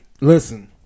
Listen